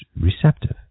receptive